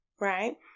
right